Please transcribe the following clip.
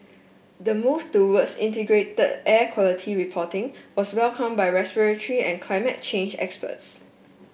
the move towards integrated air quality reporting was welcomed by respiratory and climate change experts